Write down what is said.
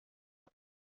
are